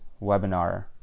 webinar